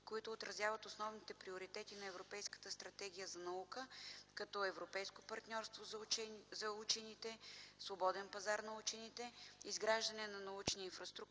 които отразяват основните приоритети на Европейската стратегия за наука като европейско партньорство за учените (свободен пазар на учените); изграждане на научни инфраструктури;